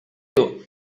totes